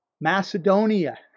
Macedonia